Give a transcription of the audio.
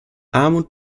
armut